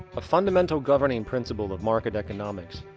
a fundamental governing principle of market economics,